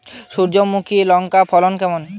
সূর্যমুখী লঙ্কার ফলন কেমন?